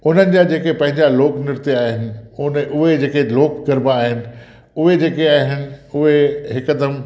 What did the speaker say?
उन्हनि जा जेके पंहिंजा लोक नृत्य आहिनि उन उहे जेके लोक गरबा आहिनि उहे जेके आहिनि उहे हिकदमि